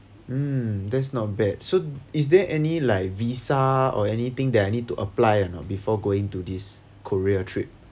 mm that's not bad so is there any like visa or anything that I need to apply or not before going to this korea trip